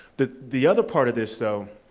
the the other part of this, though,